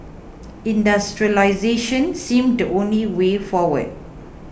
industrialisation seemed the only way forward